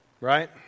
Right